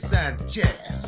Sanchez